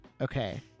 Okay